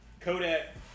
Kodak